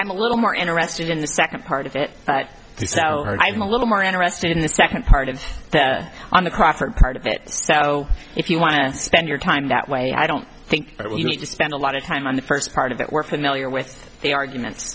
i'm a little more in arrested in the second part of it but the so i'm a little more interested in the second part of that on the proffer part of it so if you want to spend your time that way i don't think we need to spend a lot of time on the first part of that we're familiar with the argument